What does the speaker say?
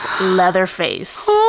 Leatherface